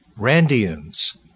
Randians